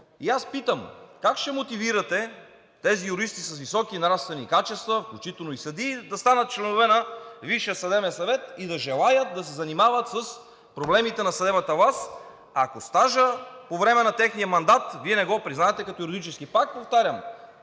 И аз питам: как ще мотивирате тези юристи с високи нравствени качества, включително и съдии, да станат членове на Висшия съдебен съвет и да желаят да се занимават с проблемите на съдебната власт, ако стажът по време на техния мандат Вие не го признавате като юридически. Пак повтарям,